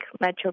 Metro